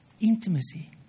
Intimacy